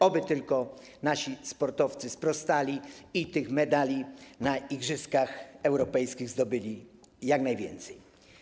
Oby tylko nasi sportowcy sprostali i tych medali na igrzyskach europejskich zdobyli jak najwięcej.